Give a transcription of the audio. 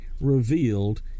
revealed